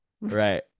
Right